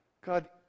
God